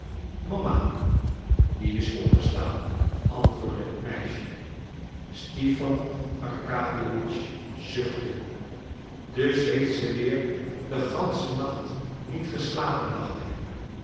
mama die is opgestaan antwoordde het meisje stipan arkadiewitsch zuchtte dus heeft ze weer den ganschen nacht niet geslapen dacht hij